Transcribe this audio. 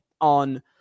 on